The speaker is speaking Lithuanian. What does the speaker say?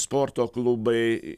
sporto klubai